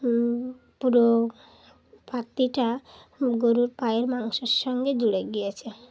পুরো গরুর পায়ের মাংসের সঙ্গে জুড়ে গিয়েছে